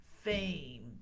fame